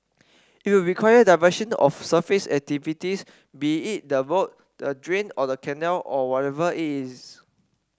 it will require diversion of surface activities be it the road the drain or the canal or whatever is